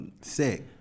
sick